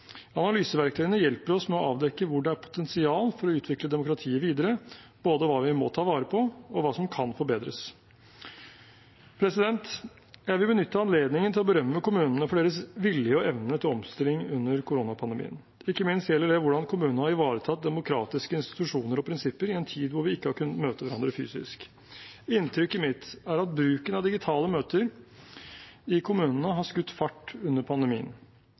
Analyseverktøyene hjelper oss med å avdekke hvor det er potensial til å utvikle demokratiet videre, både hva vi må ta vare på, og hva som kan forbedres. Jeg vil benytte anledningen til å berømme kommunene for deres vilje og evne til omstilling under koronapandemien – ikke minst gjelder det hvordan kommunene har ivaretatt demokratiske institusjoner og prinsipper i en tid hvor vi ikke har kunnet møtes rent fysisk. Inntrykket mitt er at bruken av digitale møter i kommunene har skutt fart under pandemien.